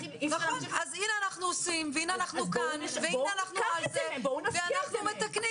עושים והנה אנחנו כאן ואנחנו מתקנים